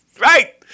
Right